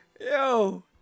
Yo